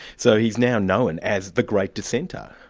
so he's now known as the great dissenter.